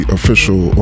Official